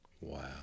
Wow